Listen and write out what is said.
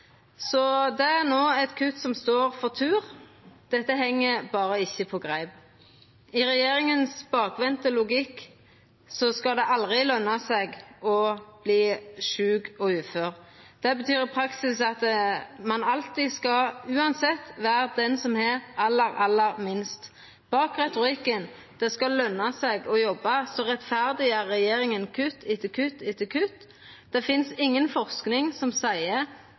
Så det er no eit kutt som står for tur. Dette heng berre ikkje på greip. Ifølgje regjeringas bakvende logikk skal det aldri lønna seg å verta sjuk og ufør. Det betyr i praksis at ein alltid, uansett, skal vera den som har aller, aller minst. Bak retorikken om at det skal lønna seg å jobba, rettferdiggjer regjeringa kutt etter kutt etter kutt. Det finst inga forsking som seier